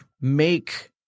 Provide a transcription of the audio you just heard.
make